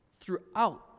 throughout